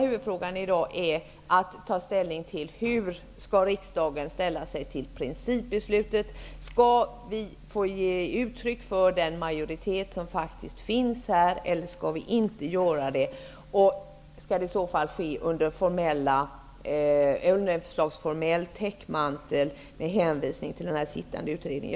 Huvudfrågan i dag är att ta ställning till hur riksdagen skall ställa sig till principbeslutet: Skall vi ge uttryck för den majoritet som finns här, eller skall vi inte göra det? Skall det i så fall ske under något slags formell täckmantel med hänvisning till utredningen?